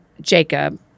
Jacob